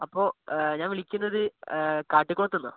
അപ്പോൾ ഞാന് വിളിക്കുന്നത് കാട്ടിക്കുളത്തുനിന്നാണ്